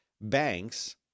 banks